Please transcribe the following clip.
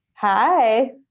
Hi